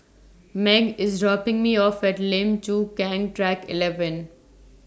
Meg IS dropping Me off At Lim Chu Kang Track eleven